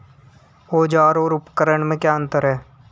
औज़ार और उपकरण में क्या अंतर है?